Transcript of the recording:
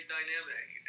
dynamic